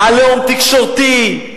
"עליהום" תקשורתי.